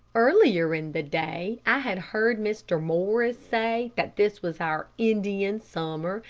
earlier in the day i had heard mr. morris say that this was our indian summer,